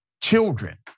Children